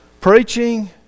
preaching